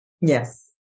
Yes